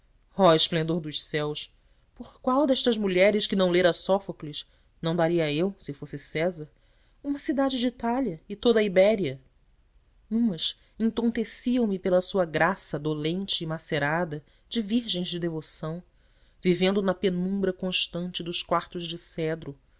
esplendor dos céus por qual destas mulheres que não lera sófocles não daria eu se fosse césar uma cidade de itália e toda a ibéria umas entonteciam me pela sua graça dolente e macerada de virgens de devoção vivendo na penumbra constante dos quartos de cedro